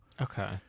okay